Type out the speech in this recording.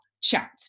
chat